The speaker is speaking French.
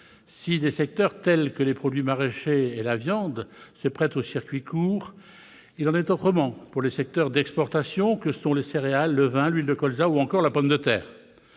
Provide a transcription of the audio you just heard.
si des secteurs tels que les produits maraîchers et la viande se prêtent aux circuits courts, il en va autrement pour les secteurs d'exportation que sont les céréales, le vin, l'huile de colza ou encore la pomme de terre.